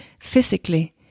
physically